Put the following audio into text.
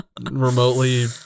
remotely